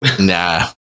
Nah